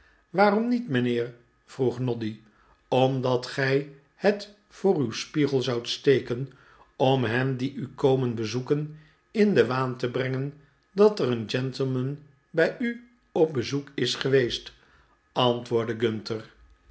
waarom niet mijnheer vroeg noddy omdat gij het voor uw spiegel zoudt steken om hen die u komen bezoeken in den waan te brengen dat er een gentleman bij u op bezoek is geweest antwoordde gunter